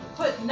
put